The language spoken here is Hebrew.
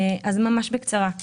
ממש בקצרה.